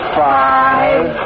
five